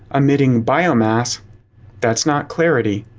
ah omitting biomass that's not clarity.